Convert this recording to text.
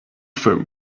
foam